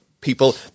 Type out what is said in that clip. people